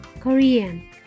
Korean